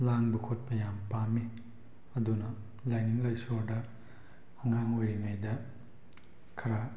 ꯂꯥꯡꯕ ꯈꯣꯠꯄ ꯌꯥꯝ ꯄꯥꯝꯃꯤ ꯑꯗꯨꯅ ꯂꯥꯏꯅꯤꯡ ꯂꯥꯏꯁꯣꯟꯗ ꯑꯉꯥꯡ ꯑꯣꯏꯔꯤꯉꯩꯗ ꯈꯔ